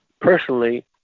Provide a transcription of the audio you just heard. Personally